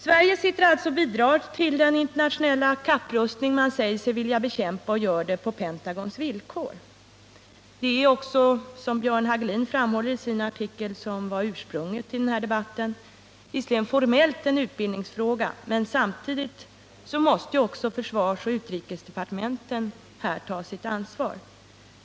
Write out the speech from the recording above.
Sverige bidrar alltså till den internationella kapprustning man säger sig vilja bekämpa och gör det på Pentagons villkor. Det är också, som Björn Hagelin framhåller i sin artikel — som var ursprunget till den här debatten — visserligen formellt en utbildningsfråga, men samtidigt måste också försvarsoch utrikesdepartementen här ta sitt ansvar.